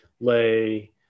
lay